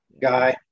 guy